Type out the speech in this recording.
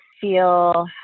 feel